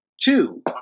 two